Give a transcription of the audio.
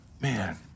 man